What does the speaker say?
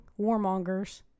warmongers